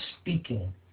speaking